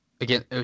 again